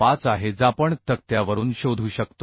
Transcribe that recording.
25 आहे जे आपण तक्त्यावरून शोधू शकतो